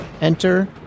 Enter